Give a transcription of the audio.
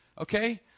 okay